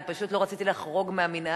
אני פשוט לא רציתי לחרוג מהמנהג,